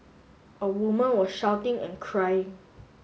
a woman was shouting and crying